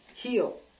heal